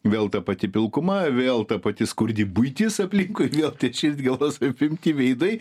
vėl ta pati pilkuma vėl ta pati skurdi buitis aplinkui vėl tie širdgėlos apimti veidai